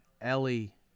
Ellie